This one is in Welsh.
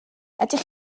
ydych